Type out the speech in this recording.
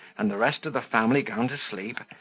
and the rest of the family gone to sleep,